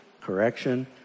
correction